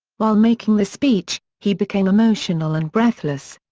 while making the speech, he became emotional and breathless.